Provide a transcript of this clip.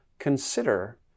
consider